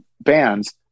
bands